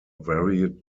varied